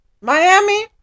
Miami